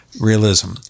Realism